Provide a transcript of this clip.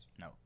No